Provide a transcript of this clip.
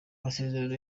masezerano